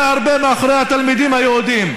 הרבה הרבה מאחורי אלה של התלמידים היהודים.